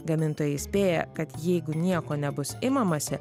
gamintojai įspėja kad jeigu nieko nebus imamasi